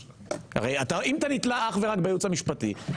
הרי אם אתה נתלה אך ורק בייעוץ המשפטי,